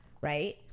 right